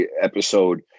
episode